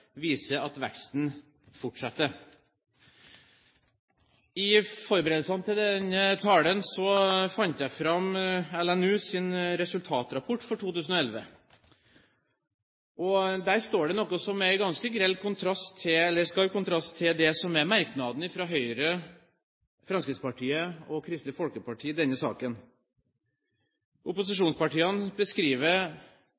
viser at veksten fortsetter. I forberedelsen til denne talen fant jeg fram LNUs resultatrapport for 2011. Der står det noe som er i ganske skarp kontrast til det som er merknaden fra Høyre, Fremskrittspartiet og Kristelig Folkeparti i denne saken.